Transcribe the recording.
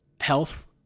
health